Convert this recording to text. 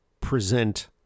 present